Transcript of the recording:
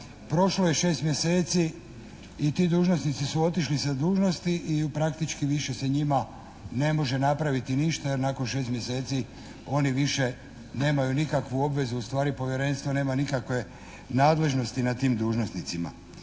prošlo je 6 mjeseci i tu dužnosnici su otišli sa dužnosti i praktički više se njima ne može napraviti ništa jer nakon 6 mjeseci oni više nemaju nikakvu obvezu, ustvari povjerenstvo nema nikakve nadležnosti nad tim dužnosnicima.